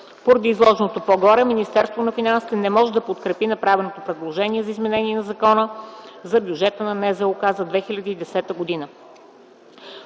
Поради изложеното по-горе, Министерството на финансите не може да подкрепи направеното предложение за изменение на Закона за бюджета на НЗОК за 2010 г.